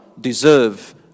deserve